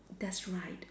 that's right